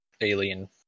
alien